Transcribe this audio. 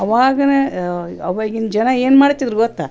ಅವಾಗನೇ ಅವಾಗಿನ ಜನ ಏನು ಮಾಡ್ತಿದ್ದರು ಗೊತ್ತಾ